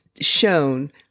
shown